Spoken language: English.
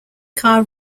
car